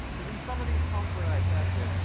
cause in some of these pumps when i tested,